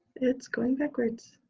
it's going backwards.